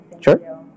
Sure